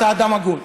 אתה אדם הגון.